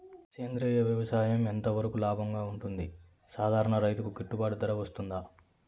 సేంద్రియ వ్యవసాయం ఎంత వరకు లాభంగా ఉంటుంది, సాధారణ రైతుకు గిట్టుబాటు ధర వస్తుందా?